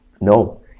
no